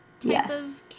Yes